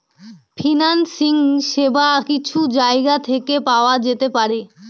financing সেবা কিছু জায়গা থেকে পাওয়া যেতে পারে